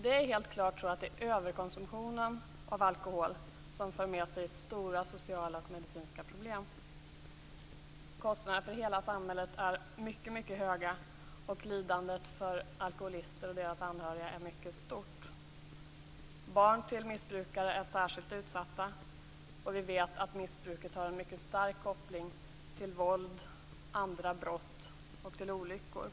Det är helt klart att det är överkonsumtionen av alkohol som för med sig stora sociala och medicinska problem. Kostnaderna för hela samhället är mycket höga och lidandet för alkoholister och deras anhöriga stort. Barn till missbrukare är särskilt utsatta. Vi vet att missbruket har en mycket stark koppling till våld, andra former av brott och olyckor.